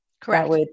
Correct